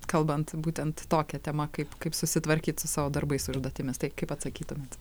kalbant būtent tokia tema kaip kaip susitvarkyt su savo darbais su užduotimis tai kaip atsakytumėt